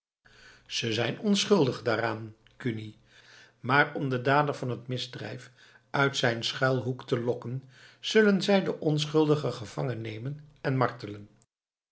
ze zijn onschuldig daaraan kuni maar om den dader van het misdrijf uit zijn schuilhoek te lokken zullen zij de onschuldigen gevangen nemen en martelen